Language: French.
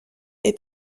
est